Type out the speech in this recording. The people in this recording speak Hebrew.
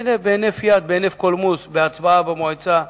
והנה, בהינף יד, במשיכת קולמוס, בהצבעה במועצה,